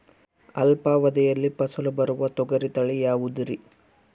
ಅಲ್ಪಾವಧಿಯಲ್ಲಿ ಫಸಲು ಬರುವ ತೊಗರಿ ತಳಿ ಯಾವುದುರಿ?